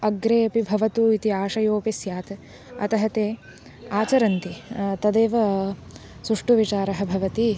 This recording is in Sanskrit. अग्रे अपि भवतु इति आशयोऽपि स्यात् अतः ते आचरन्ति तदेव सुष्ठु विचारः भवति